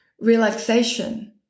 relaxation